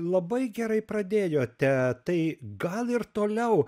labai gerai pradėjote tai gal ir toliau